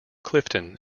clifton